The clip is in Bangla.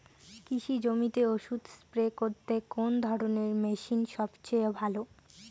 কৃষি জমিতে ওষুধ স্প্রে করতে কোন ধরণের মেশিন সবচেয়ে ভালো?